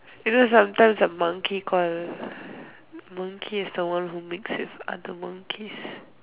you know sometimes a monkey call a monkey is the one who mix with other monkeys